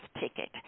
ticket